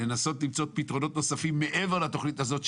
למצוא פתרונות נוספים מעבר לתכנית הזאת,